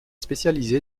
spécialisée